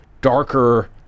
darker